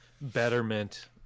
Betterment